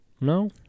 No